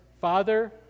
Father